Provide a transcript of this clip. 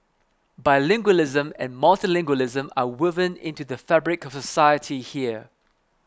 bilingualism and multilingualism are woven into the fabric of society here